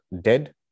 dead